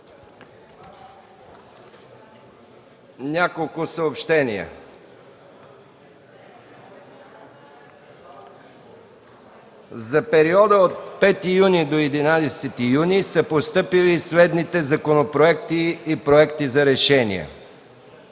Няколко съобщения – за периода от 5 юни до 11 юни са постъпили следните законопроекти и проекти за решения: